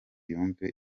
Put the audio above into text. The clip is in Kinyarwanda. yumve